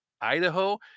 Idaho